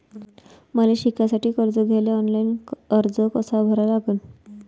मले शिकासाठी कर्ज घ्याले ऑनलाईन अर्ज कसा भरा लागन?